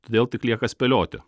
todėl tik lieka spėlioti